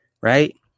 right